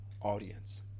audience